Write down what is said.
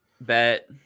Bet